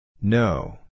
No